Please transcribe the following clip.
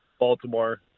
Baltimore